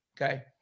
okay